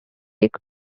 dick